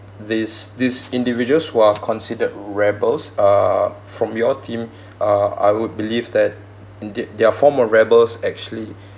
these these individuals who are considered rebels uh from your team uh I would believe that indeed they're form of rebels actually